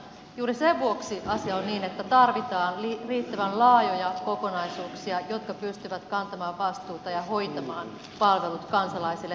juuri sen vuoksi asia on niin että tarvitaan riittävän laajoja kokonaisuuksia jotka pystyvät kantamaan vastuuta ja hoitamaan palvelut kansalaisille tasavertaisella tavalla